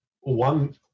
one